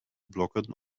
blokken